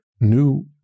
new